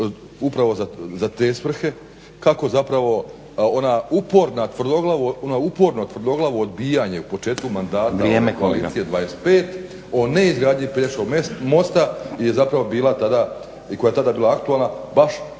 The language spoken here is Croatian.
upravo za te svrhe kako zapravo ono uporno tvrdoglavo odbijanje u početku mandata Koalicije o neizgradnji Pelješkog mosta je zapravo bila tada, i